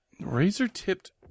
Razor-tipped